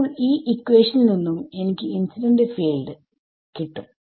ഇപ്പോൾ ഈ ഇക്വാഷനിൽ നിന്നും എനിക്ക് ഇൻസിഡന്റ് ഫീൽഡ് കിട്ടും